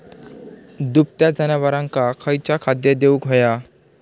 दुभत्या जनावरांका खयचा खाद्य देऊक व्हया?